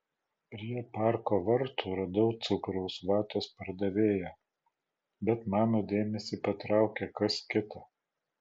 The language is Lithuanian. prie parko vartų radau cukraus vatos pardavėją bet mano dėmesį patraukė kas kita